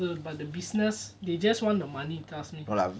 but the business they just want the money காசு:kaasu